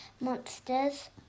monsters